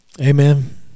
Amen